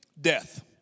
Death